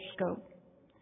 scope